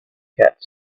cat